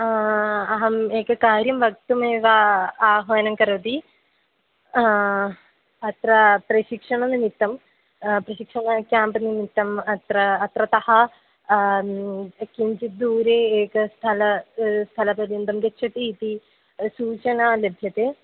अहम् एकं कार्यं वक्तुमेव आह्वानं करोति अत्र प्रशिक्षणनिमित्तं प्रशिक्षणं केम्प् निमित्तम् अत्र अत्रतः किञ्चित् दूरे एकं स्थलं स्थलपर्यन्तं गच्छति इति सूचना लभ्यते